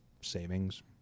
savings